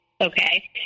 Okay